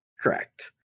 Correct